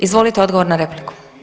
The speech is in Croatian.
Izvolite, odgovor na repliku.